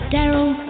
Daryl